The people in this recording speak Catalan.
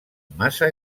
massa